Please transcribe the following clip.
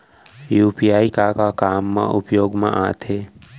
UPI का का काम मा उपयोग मा आथे?